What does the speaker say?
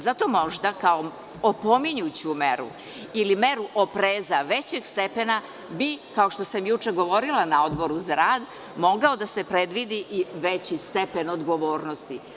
Zato možda kao opominjuću meru ili meru opreza većeg stepena bi, kao što sam juče govorila na Odboru za rad, mogao da se predvidi i veći stepen odgovornosti.